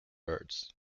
birds